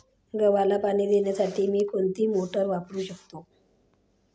गव्हाला पाणी देण्यासाठी मी कोणती मोटार वापरू शकतो?